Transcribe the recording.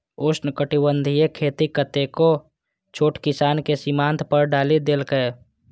उष्णकटिबंधीय खेती कतेको छोट किसान कें सीमांत पर डालि देलकै